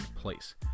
place